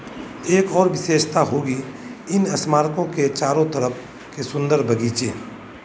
एक और विशेषता होगी इन स्मारकों के चारों तरफ़ के सुंदर बगीचे